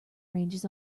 ranges